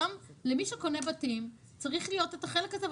שמי שקונה בית צריך להיות לו את החלק הזה,